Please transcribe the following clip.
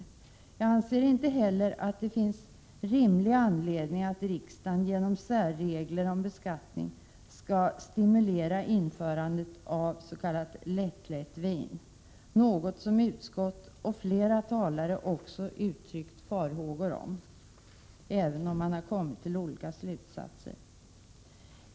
Men jag anser inte att det finns någon rimlig anledning att riksdagen genom särregler om beskattning skall stimulera införandet av s.k. lättlättvin — något som utskottet och flera talare också uttryckt farhågor om, trots att man har kommit till olika slutsatser.